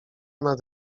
nad